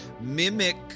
Mimic